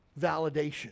validation